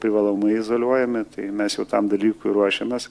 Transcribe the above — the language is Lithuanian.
privalomai izoliuojami tai mes jau tam dalykui ruošiamės